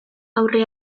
aurre